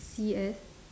C_F